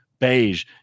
Beige